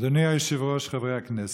אדוני היושב-ראש, חברי הכנסת,